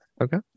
Okay